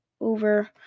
over